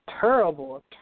terrible